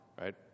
right